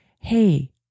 hey